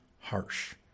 harsh